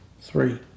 three